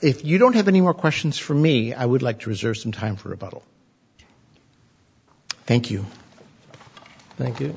if you don't have any more questions for me i would like to reserve some time for a bottle thank you thank you